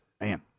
Man